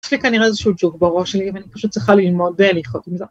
יש לי כנראה איזה שהוא ג'וק בראש שלי ואני פשוט צריכה ללמוד לחיות איתו